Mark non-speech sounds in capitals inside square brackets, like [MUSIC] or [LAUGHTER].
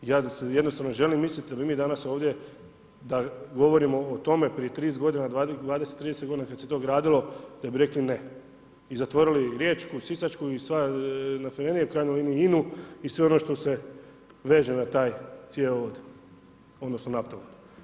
Ja jednostavno želim misliti da mi danas ovdje da govorimo o tome prije 30 godina, 20-30 godina kad se to gradilo, da bi rekli ne i zatvorili riječku, sisačku i sva ... [UNINTELLIGIBLE] u krajnjoj liniji INA-u i sve ono što se veže na taj cjevovod odnosno naftovod.